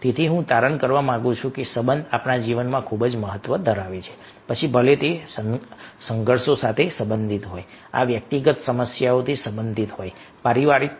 તેથી હું તારણ કરવા માંગુ છું કે સંબંધ આપણા જીવનમાં ખૂબ મહત્વ ધરાવે છે પછી ભલે તે સંઘર્ષ સાથે સંબંધિત હોય આ વ્યક્તિગત સમસ્યાઓથી સંબંધિત હોય પારિવારિક